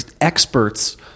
experts